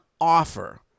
offer